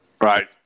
right